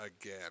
again